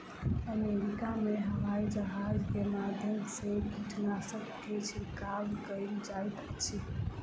America में हवाईजहाज के माध्यम से कीटनाशक के छिड़काव कयल जाइत अछि